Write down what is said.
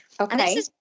Okay